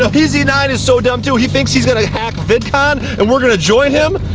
ah p z nine is so dumb too. he thinks he's gonna hack vidcon, and we're gonna join him?